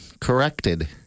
corrected